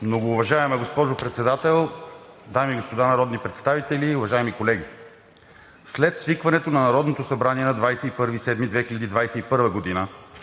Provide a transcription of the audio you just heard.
Многоуважаема госпожо Председател, дами и господа народни представители, уважаеми колеги! След свикването на Народното събрание на 21 юли 2021 г.